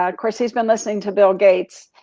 ah chris has been listening to bill gates.